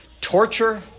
torture